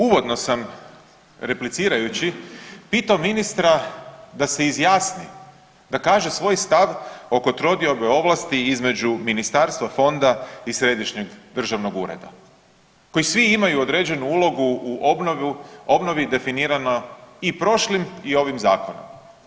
Uvodno sam replicirajući pitao ministra da se izjasni, da kaže svoj stav oko trodiobe ovlasti između ministarstva, fonda i središnjeg državnog ureda, koji svi imaju određenu ulogu u obnovi definirano i prošlim i ovim zakonom.